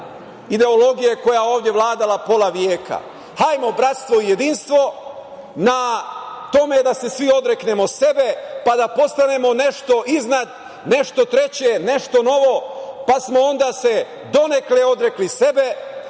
ideologija koja je ovde vladala pola veka. Hajmo bratstvo, jedinstvo na tome da se svi odreknemo sebe, pa da postanemo nešto iznad, nešto treće, nešto novo, pa smo se onda donekle odrekli sebe,